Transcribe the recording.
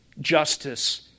justice